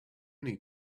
need